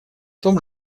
том